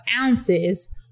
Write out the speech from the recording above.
ounces